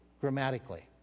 grammatically